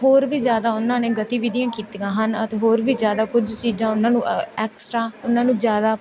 ਹੋਰ ਵੀ ਜ਼ਿਆਦਾ ਉਹਨਾਂ ਨੇ ਗਤੀਵਿਧੀਆਂ ਕੀਤੀਆਂ ਹਨ ਅਤੇ ਹੋਰ ਵੀ ਜ਼ਿਆਦਾ ਕੁਝ ਚੀਜ਼ਾਂ ਉਹਨਾਂ ਨੂੰ ਐਕਸਟਰਾ ਉਹਨਾਂ ਨੂੰ ਜ਼ਿਆਦਾ